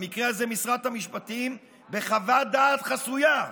במקרה הזה משרד המשפטים, בחוות דעת חסויה,